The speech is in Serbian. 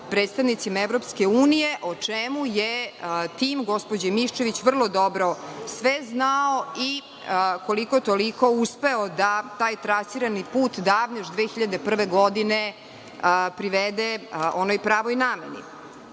predstavnicima EU, o čemu je tim gospođe Miščević vrlo dobro sve znao i koliko-toliko uspeo da taj trasirani put još davne 2001. godine privede onoj pravoj nameni.